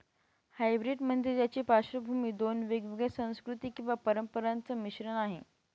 hybrid म्हणजे ज्याची पार्श्वभूमी दोन वेगवेगळ्या संस्कृती किंवा परंपरांचा मिश्रण आहे